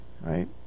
Right